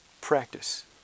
practice